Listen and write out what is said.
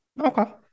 Okay